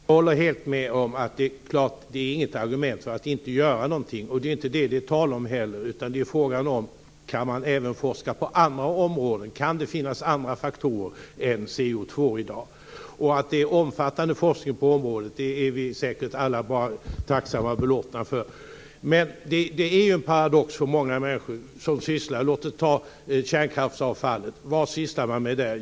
Fru talman! Jag håller helt med om att detta naturligtvis inte är ett argument för att inte göra någonting. Det är det inte heller tal om. Frågan är: Kan man även forska på andra områden? Kan det finnas andra faktorer än CO2 i dag? Att det finns omfattande forskning på området är vi säkert alla bara tacksamma och belåtna för. Detta är dock en paradox för många som sysslar med t.ex. kärnkraftsavfallet. Vad sysslar man med där?